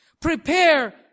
Prepare